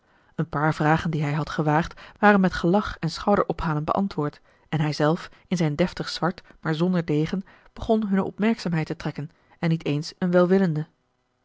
een paar vragen die hij had gewaagd waren met gelach en schouderophalen beantwoord en hij zelf in zijn deftig zwart maar zonder degen begon hunne opmerkzaamheid te trekken en niet eens eene welwillende